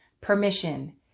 permission